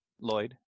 Lloyd